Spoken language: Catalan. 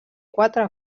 quatre